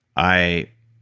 i